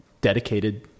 Dedicated